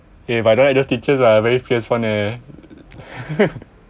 eh but I don't like those teachers are very fierce one eh